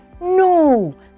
No